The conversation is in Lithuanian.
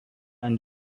ant